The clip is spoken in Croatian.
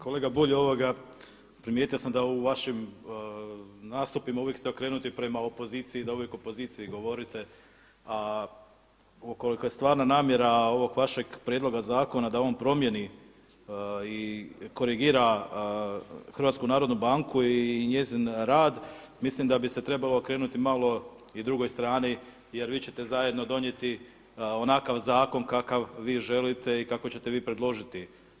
Kolega Bulj, primijetio sam da u vašim nastupima uvijek ste okrenuti prema opoziciji i da uvijek opoziciji govorite a ukoliko je stvarna namjera ovog vašeg prijedloga zakona da on promijeni i korigira HNB i njezin rad, mislim da bi se trebalo okrenuti malo i drugoj strani jer vi ćete zajedno donijeti onakav zakon kakav vi želite i kakav ćete vi predložiti.